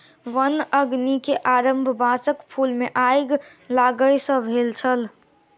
वन अग्नि के आरम्भ बांसक फूल मे आइग लागय सॅ भेल छल